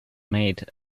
made